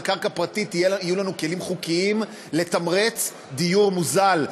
קרקע פרטית יהיו לנו כלים חוקיים לתמרץ דיור מוזל,